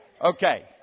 Okay